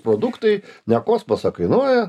produktai ne kosmosą kainuoja